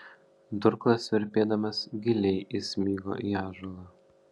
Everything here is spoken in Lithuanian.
durklas virpėdamas giliai įsmigo į ąžuolą